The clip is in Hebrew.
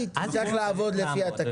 אז היא תצטרך לעבוד לפי התקנות.